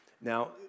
Now